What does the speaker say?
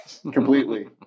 completely